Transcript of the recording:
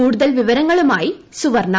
കൂടുതൽ വിവരങ്ങളുമായി സുവർണ